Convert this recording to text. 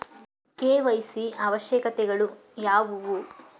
KYC ಅವಶ್ಯಕತೆಗಳು ಯಾವುವು?